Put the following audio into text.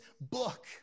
book